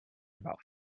about